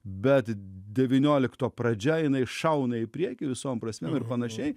bet devyniolikto pradžia jinai iššauna į priekį visom prasmėm ir panašiai